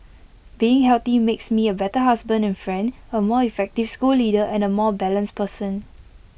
being healthy makes me A better husband and friend A more effective school leader and A more balanced person